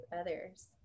others